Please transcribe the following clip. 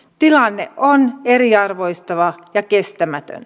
tilanne on eriarvoistava ja kestämätön